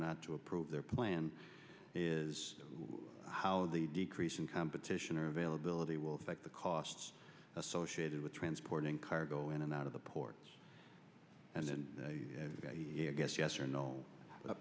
not to approve their plan is how the decrease in competition or availability will affect the costs associated with transporting cargo in and out of the ports and i guess yes or no